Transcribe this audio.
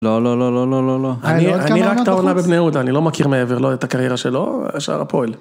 לא, לא, לא, לא, לא, לא, לא, אני רק טעונה בבני יהודה, אני לא מכיר מעבר לו את הקריירה שלו, של הפועל.